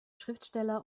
schriftsteller